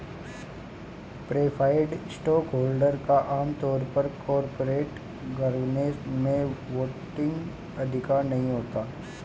preferred stockholder का आम तौर पर कॉरपोरेट गवर्नेंस में वोटिंग अधिकार नहीं होता है